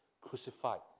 crucified